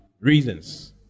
Reasons